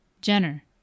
Jenner